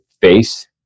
face